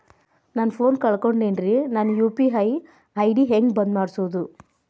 ನನ್ನ ಫೋನ್ ಕಳಕೊಂಡೆನ್ರೇ ನನ್ ಯು.ಪಿ.ಐ ಐ.ಡಿ ಹೆಂಗ್ ಬಂದ್ ಮಾಡ್ಸೋದು?